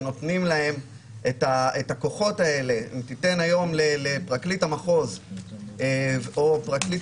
כשנותנים להם את הכוחות האלה אם תיתן היום לפרקליט המחוז או פרקליט